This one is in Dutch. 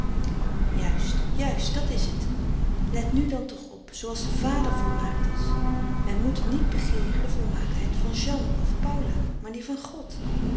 juist juist dat is t let nu dan toch op zooals de vader volmaakt is wij moeten niet begeeren de volmaaktheid van jeanne of paula maar die van god